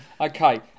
Okay